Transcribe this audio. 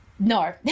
No